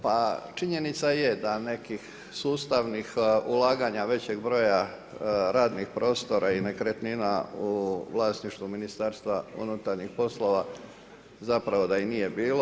Pa činjenica je da nekih susjednih ulaganja većeg broja radnih prostora i nekretnina u vlasništvu Ministarstva unutarnjih poslova, zapravo da i nije bilo.